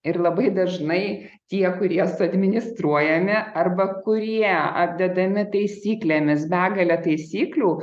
ir labai dažnai tie kurie suadministruojami arba kurie apdedami taisyklėmis begale taisyklių